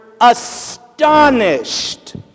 Astonished